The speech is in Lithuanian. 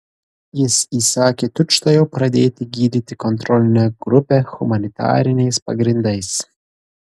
jis įsakė tučtuojau pradėti gydyti kontrolinę grupę humanitariniais pagrindais